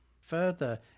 further